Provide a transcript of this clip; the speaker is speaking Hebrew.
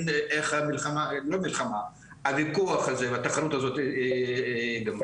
איך הוויכוח הזה והתחרות הזאת תסתיים.